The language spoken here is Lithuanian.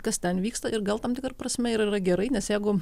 kas ten vyksta ir gal tam tikra prasme ir yra gerai nes jeigu